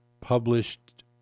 published